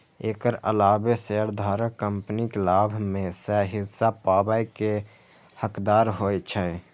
एकर अलावे शेयरधारक कंपनीक लाभ मे सं हिस्सा पाबै के हकदार होइ छै